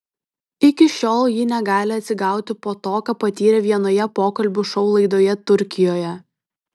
iki šiol ji negali atsigauti po to ką patyrė vienoje pokalbių šou laidoje turkijoje